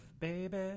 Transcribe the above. Baby